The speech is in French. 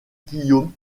guillaume